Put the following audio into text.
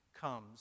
comes